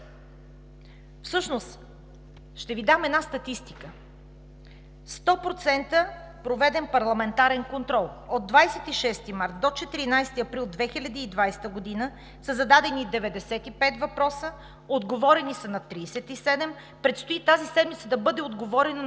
изключени! Ще Ви дам една статистика – 100% проведен парламентарен контрол: от 26 март до 14 април 2020 г. са зададени 95 въпроса, отговорено е на 37, предстои тази седмица да бъде отговорено на